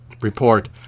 report